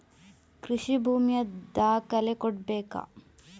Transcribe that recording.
ಕೃಷಿ ಭೂಮಿಯ ದಾಖಲೆ ಕೊಡ್ಬೇಕಾ?